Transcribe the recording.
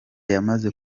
yamaze